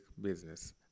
business